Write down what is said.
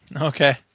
Okay